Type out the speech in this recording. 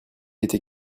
était